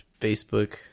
facebook